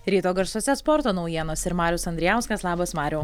ryto garsuose sporto naujienos ir marius andrijauskas labas mariau